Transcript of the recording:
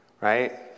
right